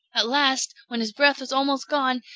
at last, when his breath was almost gone,